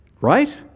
right